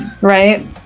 Right